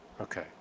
Okay